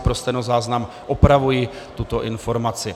Pro stenozáznam opravuji tuto informaci.